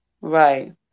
Right